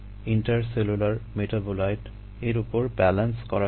intercellular করা যাক